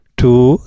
two